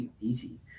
easy